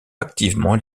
activement